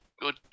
Good